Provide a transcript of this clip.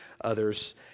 others